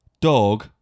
Dog